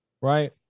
Right